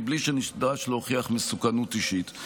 מבלי שנדרש להוכיח מסוכנות אישית.